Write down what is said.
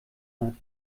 hat